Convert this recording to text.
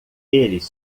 eles